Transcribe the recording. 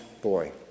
boy